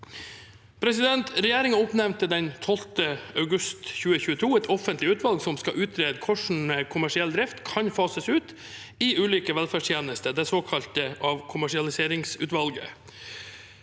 nærmere. Regjeringen oppnevnte 12. august 2022 et offentlig utvalg som skal utrede hvordan kommersiell drift kan fases ut i ulike velferdstjenester, det såkalte avkommersialiseringsutvalget.